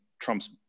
Trump's